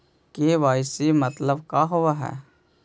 KYC मतलब का होव हइ?